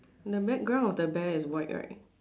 the background of the bear is white right